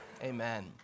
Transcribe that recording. Amen